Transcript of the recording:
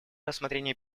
рассмотрение